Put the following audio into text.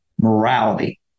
morality